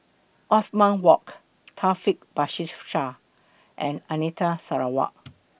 Othman Wok Taufik Batisah and Anita Sarawak